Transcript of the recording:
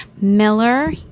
Miller